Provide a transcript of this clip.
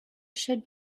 should